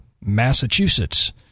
Massachusetts